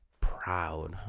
proud